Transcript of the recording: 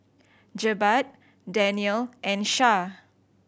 Jebat Daniel and Syah